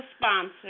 sponsor